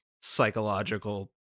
psychological